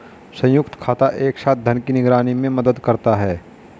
संयुक्त खाता एक साथ धन की निगरानी में मदद करता है